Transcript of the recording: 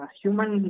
human